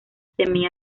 semi